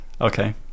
Okay